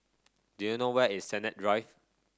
do you know where is Sennett Drive